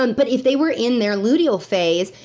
and but if they were in their luteal phase,